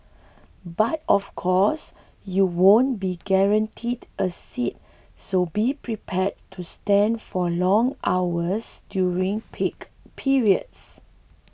but of course you won't be guaranteed a seat so be prepared to stand for long hours during peak periods